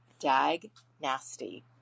dag-nasty